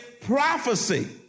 prophecy